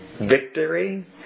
victory